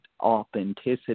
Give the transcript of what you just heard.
authenticity